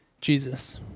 Jesus